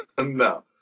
No